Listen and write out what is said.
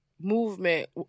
movement